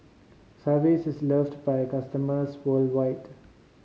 Sigvaris is loved by customers worldwide